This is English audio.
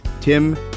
Tim